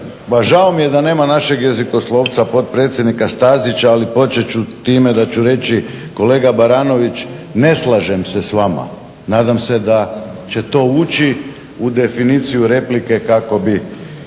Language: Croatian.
žao mi je da nema našeg jezikoslovaca, potpredsjednika Stazića ali počet ću time da ću reći kolega Baranović ne slažem se s vama. Nadam se da će to uči u definiciju replike kako bi